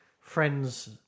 friend's